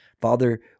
Father